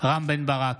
רם בן ברק,